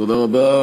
תודה רבה.